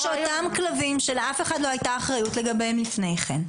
שאותם כלבים שלאף אחד לא הייתה אחריות לגביהם לפני כן,